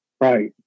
right